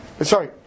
Sorry